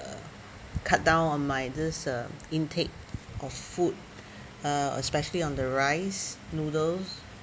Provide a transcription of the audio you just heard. cut down on my this uh intake of food uh especially on the rice noodles